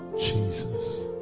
Jesus